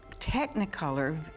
technicolor